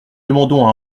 demandons